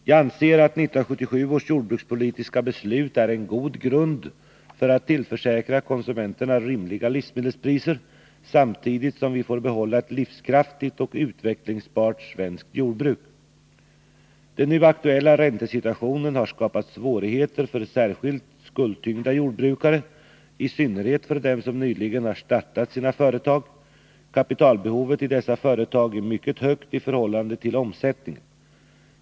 Jag anser att 1977 års jordbrukspolitiska beslut är en god grund för att tillförsäkra konsumenterna rimliga livsmedelspriser samtidigt som vi får behålla ett livskraftigt och utvecklingsbart svenskt jordbruk. Den nu aktuella räntesituationen har skapat svårigheter för särskilt skuldtyngda jordbrukare, i synnerhet för dem som nyligen har startat sina företag. Kapitalbehovet i dessa företag är mycket högt i förhållande till omsättningen.